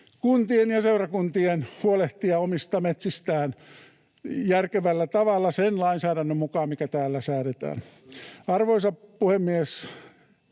kuntien ja seurakuntien huolehtia omista metsistään järkevällä tavalla sen lainsäädännön mukaan, mikä täällä säädetään. Arvoisa puhemies!